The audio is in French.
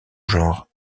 genre